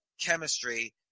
chemistry